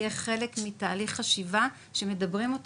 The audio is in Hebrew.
יהיה חלק מתהליך חשיבה שמדברים אותו